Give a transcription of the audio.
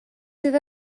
sydd